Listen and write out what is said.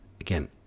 again